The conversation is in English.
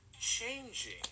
changing